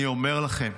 אני אומר לכם,